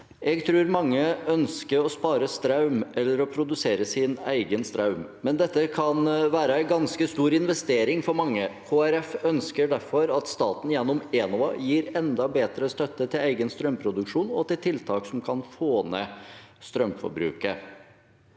«Eg trur mange ønsker å spare straum, eller å produsere sin eigen straum. Men dette kan vere ei ganske stor investering for mange. Krf ønsker derfor at staten gjennom Enova gir endå betre støtte til eigen straumproduksjon og til tiltak som kan få ned straumforbruket.»